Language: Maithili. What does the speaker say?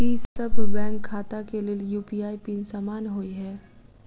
की सभ बैंक खाता केँ लेल यु.पी.आई पिन समान होइ है?